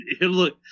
look